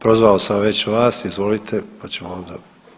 Prozvao sam već vas, izvolite, pa ćemo onda.